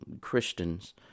Christians